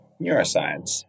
neuroscience